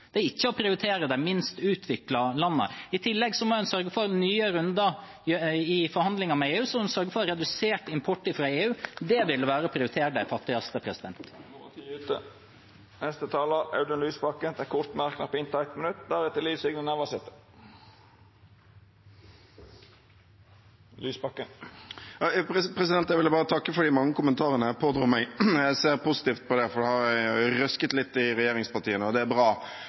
Det er ikke å prioritere de minst utviklede landene. I tillegg må en i nye runder med forhandlinger med EU sørge for redusert import fra EU. Det ville være å prioritere de fattigste. Representanten Audun Lysbakken har hatt ordet to gonger tidlegare og får ordet til ein kort merknad, avgrensa til 1 minutt. Jeg ville bare takke for de mange kommentarene jeg pådro meg. Jeg ser positivt på det, for da har jeg røsket litt i regjeringspartiene, og det er bra,